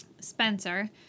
Spencer